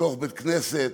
בתוך בית-כנסת.